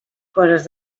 coses